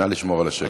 נא לשמור על השקט.